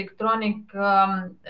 electronic